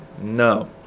No